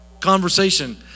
Conversation